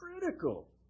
critical